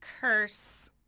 curse